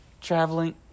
traveling –